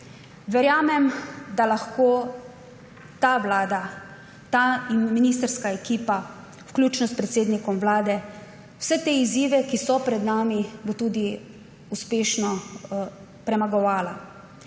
Verjamem, da bo lahko ta vlada, ta ministrska ekipa, vključno s predsednikom Vlade, vse te izzive, ki so pred nami, uspešno premagovala.